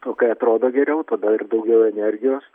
o kai atrodo geriau tada ir daugiau energijos